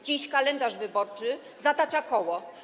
Dziś kalendarz wyborczy zatacza koło.